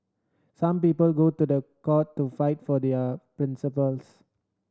some people go to the court to fight for their principles